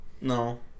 No